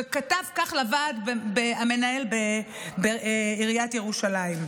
וכתב כך לוועד המנהל בעיריית ירושלים: